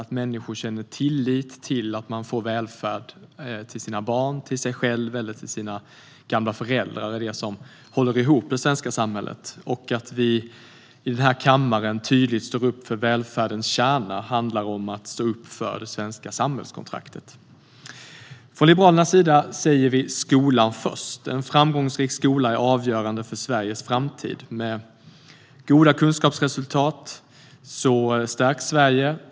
Att människor känner tillit till att de får välfärd för sina barn, sig själva eller sina gamla föräldrar är det som håller ihop det svenska samhället, och att vi i den här kammaren tydligt står upp för välfärdens kärna handlar om att vi står upp för det svenska samhällskontraktet. Från Liberalernas sida säger vi: Skolan först. En framgångsrik skola är avgörande för Sveriges framtid. Med goda kunskapsresultat stärks Sverige.